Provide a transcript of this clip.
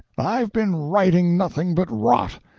i've been writing nothing but rot.